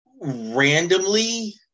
Randomly